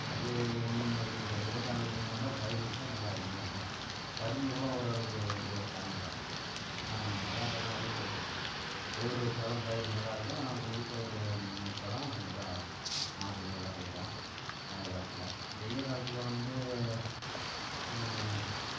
அது ஒன்றுமே வைக்க முடியாது ஊத்தாங்கள் முழுமையாக இருந்தால் பயிர் வெச்சால் நல்லா அருமையாக இருக்கும் கரும்பு கூட ஓரளவுக்கு எப்படியும் தாங்கிடும் ஆனால் மல்லாட்டைலாம் ஊற்று எடுத்துக்கும் கேவுரு வைச்சாலும் பயிர் நல்லாயிருக்கும் நெல் பயிர் வைச்சாலும் நல்லா மகசூல் நல்லா கொடுக்கும் மழை காலத்த்தில் வெய்ல் காலத்தில் வந்து